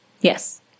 Yes